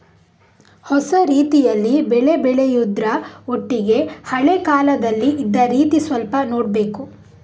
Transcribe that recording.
ಹೊಸ ರೀತಿಯಲ್ಲಿ ಬೆಳೆ ಬೆಳೆಯುದ್ರ ಒಟ್ಟಿಗೆ ಹಳೆ ಕಾಲದಲ್ಲಿ ಇದ್ದ ರೀತಿ ಸ್ವಲ್ಪ ನೋಡ್ಬೇಕು